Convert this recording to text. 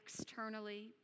externally